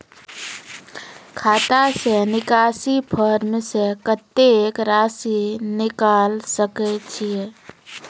खाता से निकासी फॉर्म से कत्तेक रासि निकाल सकै छिये?